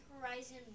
Horizon